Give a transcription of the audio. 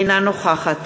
אינה נוכחת